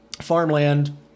farmland